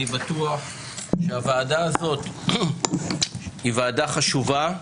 אני בטוח שהוועדה הזאת היא ועדה חשובה,